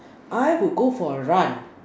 I would go for a run